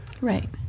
Right